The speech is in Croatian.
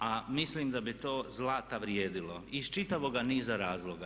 A mislim da bi to zlata vrijedilo iz čitavoga niza razloga.